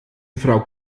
frau